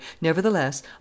nevertheless